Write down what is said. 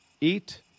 eat